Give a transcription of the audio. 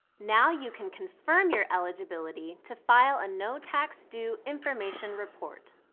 now you can confirm your eligibility to file a no tax due information report.